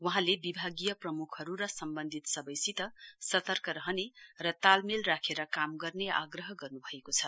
वहाँले विभागीय प्रमुखहरु र सम्वन्धित सवैसित सतर्क रहने र तालमेल राखेर काम गर्ने आग्रह गर्नुभएको छ